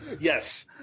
Yes